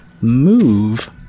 move